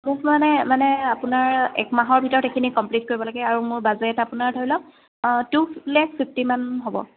মোক মানে মানে আপোনাৰ এক মাহৰ ভিতৰত এইখিনি কমপ্লিট কৰিব লাগে আৰু মোৰ বাজেট আপোনাৰ ধৰি লওক টু লেখ ফিফটিমান হ'ব